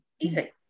Easy